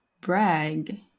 brag